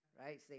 right